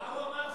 מה הוא אמר,